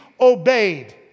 obeyed